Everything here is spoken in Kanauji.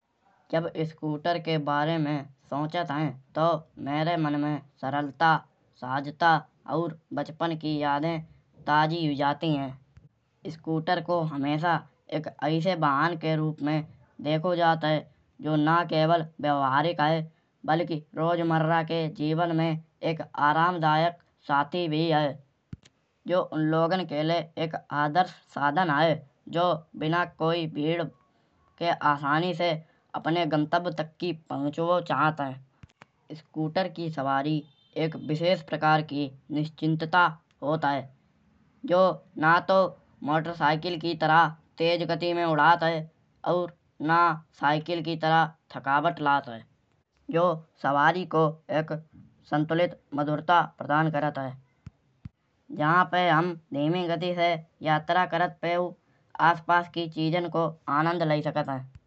जब स्कूटर के बारे में सोचत है। तौ मेरे मन में सरलता सहजता और बचपन की यादें ताज़ी हुई जाती है। स्कूटर को हमेशा एक ऐसे वाहन के रूप में देखो जात है। जो न केवल व्याहवारिक है। बल्कि रोजमर्रा के जीवन में एक आराम दायक साथी भी है। जऊ उन लोगन के लाए एक आदर्श साधन है। जऊ बिना कोई भीड़ के आसानी से अपने गंतव्य तक की पहुचाव चहात है। स्कूटर की सवारी एक विशेष प्रकार की निश्चिंतता होत है। जो न तौ मोटरसाइकिल की तरह तेज गति में उड़त है। और न साइकिल की तरह थकावट लागत है। जऊ सवारी का एक संतुलित मधुरता प्रदान करत है। जहां पे हम धीमी गति से यात्रा करत भयउ आस पास की चीजन को आनंद लाई सकत है।